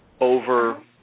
over